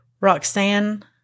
Roxanne